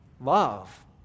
love